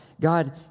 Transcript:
God